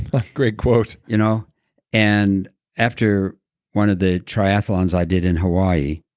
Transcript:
like great quote you know and after one of the triathlons i did in hawaii,